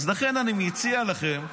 לכן אני מציע לכם,